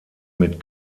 mit